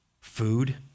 food